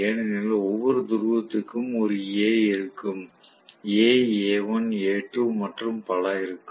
ஏனெனில் ஒவ்வொரு துருவத்திற்கும் ஒரு A இருக்கும் A A1 A2 மற்றும் பல இருக்கும்